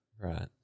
Right